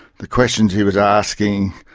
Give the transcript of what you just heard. the questions he was asking,